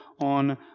on